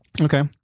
Okay